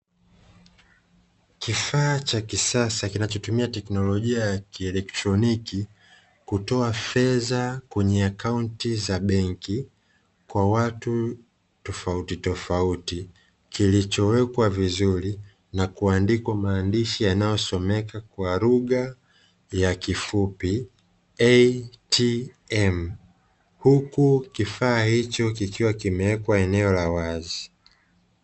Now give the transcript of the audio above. Kifaa cha kisasa kinachotumia teknolojia ya kielektroniki kutoa fedha kwenye akaunti za benki kwa watu tofautitofauti, kilichowekwa vizuri na kuandikwa maandishi yanayosomeka kwa lugha ya kifupi "ATM" huku kifaa hicho kikiwa kimewekwa eneo la wazi.